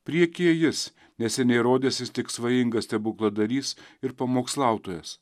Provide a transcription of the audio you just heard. priekyje jis neseniai rodęsis tik svajingas stebukladarys ir pamokslautojas